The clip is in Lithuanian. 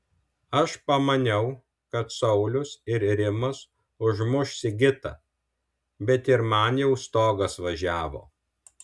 aš pamaniau kad saulius ir rimas užmuš sigitą bet ir man jau stogas važiavo